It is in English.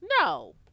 No